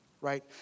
right